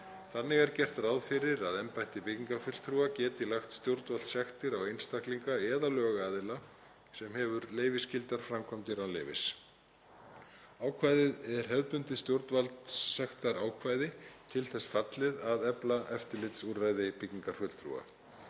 Þannig er gert ráð fyrir að embætti byggingafulltrúa geti lagt stjórnvaldssektir á einstaklinga eða lögaðila sem hefur leyfisskyldar framkvæmdir án leyfis. Ákvæðið er hefðbundið stjórnvaldssektarákvæði, til þess fallið að efla eftirlitsúrræði byggingarfulltrúa.